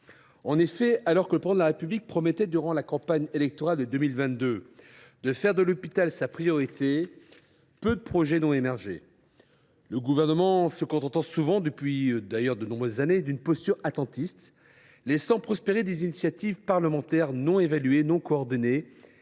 En effet, alors que le Président de la République promettait, durant la campagne électorale de 2022, de faire de l’hôpital sa priorité, peu de projets ont émergé. Le Gouvernement se contente, depuis des années, de tenir une posture attentiste, laissant prospérer des initiatives parlementaires non évaluées, non coordonnées